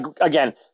Again